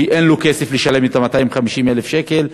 כי אין לו כסף לשלם את ה-250,000 שקל,